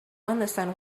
understand